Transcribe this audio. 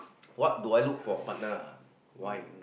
what do I look for a partner ah why